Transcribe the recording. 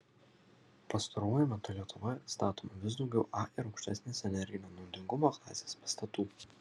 pastaruoju metu lietuvoje statoma vis daugiau a ir aukštesnės energinio naudingumo klasės pastatų